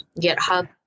GitHub